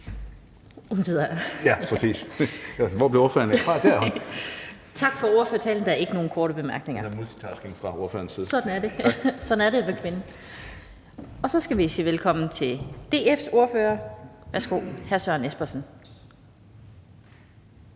Så skal vi sige velkommen til DF's ordfører. Værsgo, hr. Søren Espersen.